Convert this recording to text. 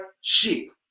sheep